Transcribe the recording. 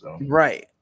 Right